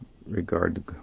Regard